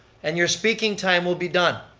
and your speaking time will be done.